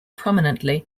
prominently